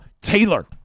Taylor